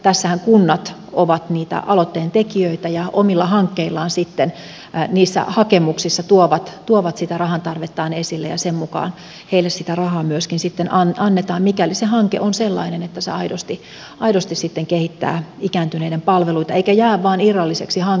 tässähän kunnat ovat niitä aloitteentekijöitä ja omilla hankkeillaan sitten niissä hakemuksissaan tuovat sitä rahantarvettaan esille ja sen mukaan niille sitä rahaa myöskin sitten annetaan mikäli se hanke on sellainen että se aidosti kehittää ikääntyneiden palveluita eikä jää vain irralliseksi hankkeeksi